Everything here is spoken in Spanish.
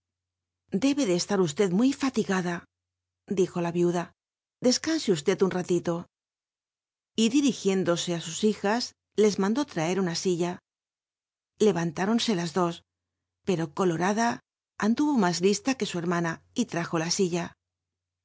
be de eslar v mu faligacla dijo la inda descanse v un rutilo y dirigiéndooc á sus hijas les mandólraer una silla leyanláronsc las do pero colorada alllluyo más isla que su hermana y rajo la silla